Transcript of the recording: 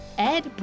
Ed